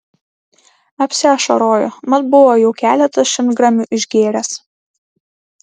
apsiašarojo mat buvo jau keletą šimtgramių išgėręs